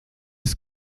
ist